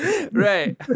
right